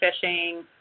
fishing